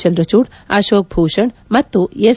ಚಂದ್ರಚೂಡ್ ಅಶೋಕ್ ಭೂಷಣ್ ಮತ್ತು ಎಸ್